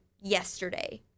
yesterday